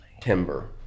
timber